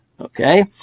okay